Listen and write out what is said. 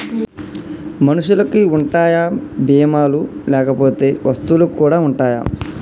మనుషులకి ఉంటాయా బీమా లు లేకపోతే వస్తువులకు కూడా ఉంటయా?